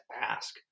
ask